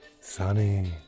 Sunny